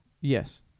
Yes